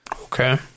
Okay